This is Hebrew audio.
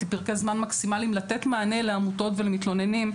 פרקי זמן מקסימליים לתת מענה לעמותות ולמתלוננים.